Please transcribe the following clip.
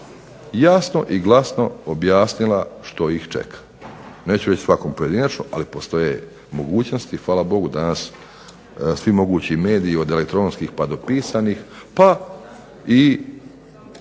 jasno i glasno objasnila što ih čeka. Neću reći svakog pojedinačno, ali postoje mogućnosti, hvala Bogu danas svi mogući mediji, od elektronskih pa do pisanih pa i